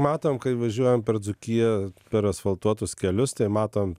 matom kai važiuojam per dzūkiją per asfaltuotus kelius tai matom